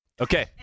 Okay